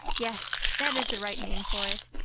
yes, that is the right name for it.